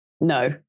no